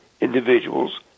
individuals